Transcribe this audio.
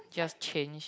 just change